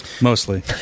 Mostly